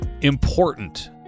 important